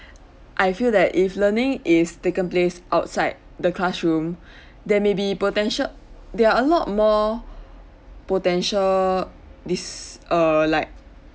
I feel that if learning is taken place outside the classroom they may be potential they're a lot more potential dis~ err like